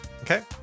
okay